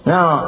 Now